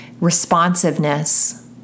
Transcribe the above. responsiveness